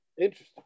Interesting